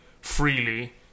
freely